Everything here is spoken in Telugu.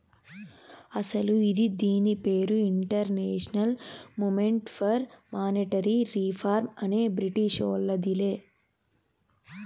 అస్సలు ఇది దీని పేరు international movement for monetary reform అనే బ్రిటీషోల్లదిలే